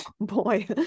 boy